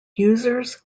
users